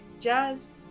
Jazz